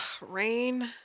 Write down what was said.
Rain